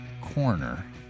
Corner